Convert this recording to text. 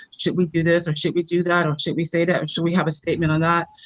should we do this or should we do that or should we say that or should we have a statement on that,